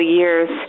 years